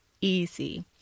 easy